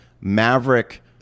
Maverick